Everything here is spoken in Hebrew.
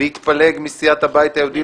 להתפלג מסיעת הבית היהודי,